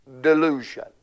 delusion